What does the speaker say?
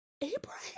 Abraham